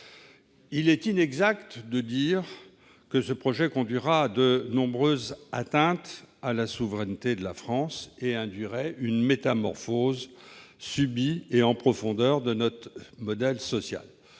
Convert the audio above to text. Il est inexact de dire que ce projet comporte de nombreuses atteintes à la souveraineté de la France et induit une métamorphose profonde de notre modèle social.